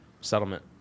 settlement